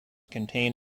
contain